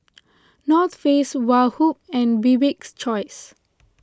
North Face Woh Hup and Bibik's Choice